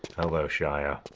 hello shia.